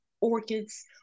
orchids